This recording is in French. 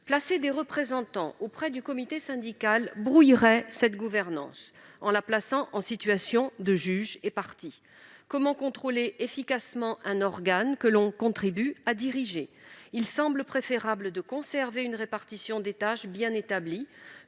Placer des représentants auprès du comité syndical brouillerait cette gouvernance en la mettant en situation d'être à la fois juge et partie. Comment contrôler efficacement un organe que l'on contribue à diriger ? Il semble préférable de conserver une répartition des tâches bien établie.